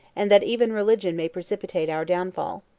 and that even religion may precipitate our downfall.